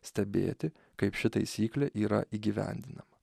stebėti kaip ši taisyklė yra įgyvendinama